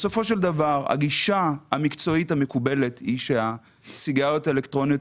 הגישה המקצועית המקובלת היא שהסיגריות האלקטרוניות